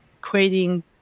creating